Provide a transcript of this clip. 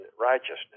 righteousness